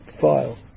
file